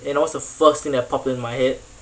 you know what's the first thing that popped into my head